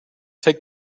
take